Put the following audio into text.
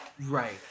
Right